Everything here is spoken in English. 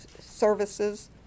services